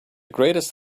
greatest